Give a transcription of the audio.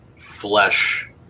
flesh